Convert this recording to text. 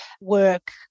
work